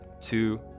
two